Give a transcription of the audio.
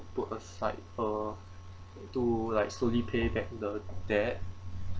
put aside uh to like slowly pay back the debt